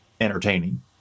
entertaining